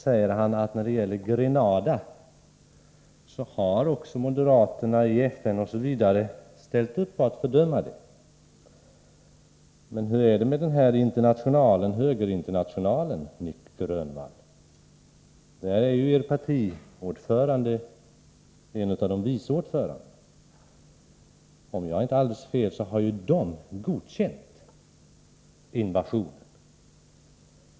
Beträffande Grenada sade han att moderaterna i bl.a. FN har fördömt USA:s handlingssätt. Men hur förhåller det sig, Nic Grönvall, med den här högerinternationalen? Där är ju er partiordförande en av vice ordförandena. Om jag inte tar alldeles fel så har högerinternationalen godkänt invasionen.